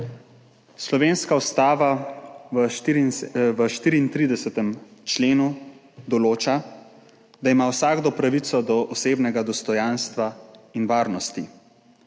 Slovenska ustava v 34. členu določa, da ima vsakdo pravico do osebnega dostojanstva in varnosti,